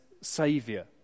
saviour